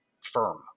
firm